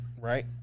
Right